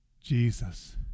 Jesus